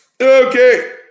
Okay